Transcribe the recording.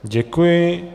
Děkuji.